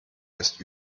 ist